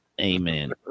Amen